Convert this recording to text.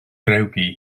drewgi